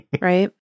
Right